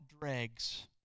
dregs